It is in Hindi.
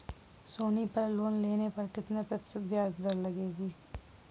सोनी पर लोन लेने पर कितने प्रतिशत ब्याज दर लगेगी?